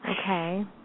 Okay